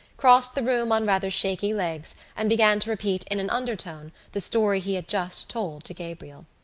crossed the room on rather shaky legs and began to repeat in an undertone the story he had just told to gabriel.